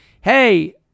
Hey